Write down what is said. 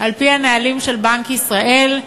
על-פי הנהלים של בנק ישראל,